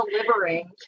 delivering